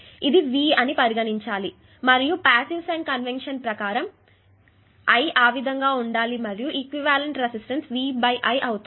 కాబట్టి ఇది V అని పరిగణించండి మరియు పాసివ్ సైన్ కన్వెన్షన్ ప్రకారం I ఆ విధంగా ఉండాలి మరియు ఈక్వివలెంట్ రెసిస్టన్స్ V I అవుతుంది